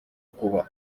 kuba